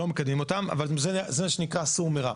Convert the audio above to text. לא מקדמים אותם, אבל זה מה שנקרא סור מרע.